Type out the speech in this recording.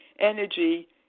energy